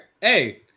Hey